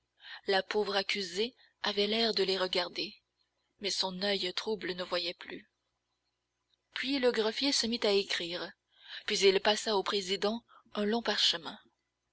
la pauvre accusée avait l'air de les regarder mais son oeil trouble ne voyait plus puis le greffier se mit à écrire puis il passa au président un long parchemin